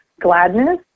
gladness